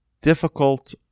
difficult